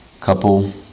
couple